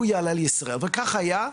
הוא יעלה לישראל וכך היה.